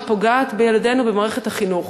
שפוגעת בילדינו במערכת החינוך.